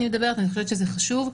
זה חשוב.